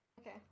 Okay